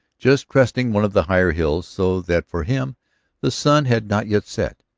just cresting one of the higher hills, so that for him the sun had not yet set.